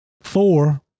four